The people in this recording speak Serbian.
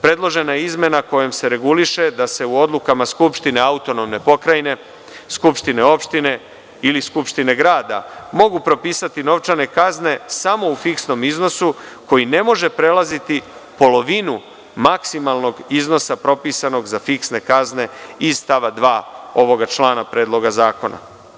Predložena izmena kojom se reguliše da se u odlukama skupštine AP, skupštine opštine ili skupštine grada mogu propisati novčane kazne samo u fiksnom iznosu koji ne može prelaziti polovinu maksimalnog iznosa propisanog za fiksne kazne iz stava 2. ovog člana Predloga zakona.